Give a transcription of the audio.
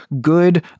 good